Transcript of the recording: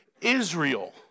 Israel